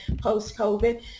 post-COVID